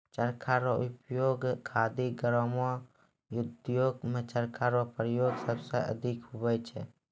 चरखा रो उपयोग खादी ग्रामो उद्योग मे चरखा रो प्रयोग सबसे अधिक हुवै छै